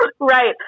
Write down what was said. Right